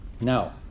Now